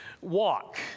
walk